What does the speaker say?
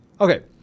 Okay